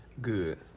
Good